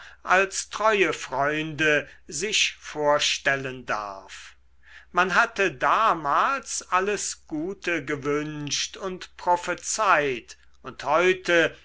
als treue freunde sich vorstellen darf man hatte damals alles gute gewünscht und prophezeit und heute